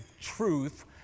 truth